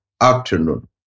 afternoon